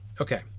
okay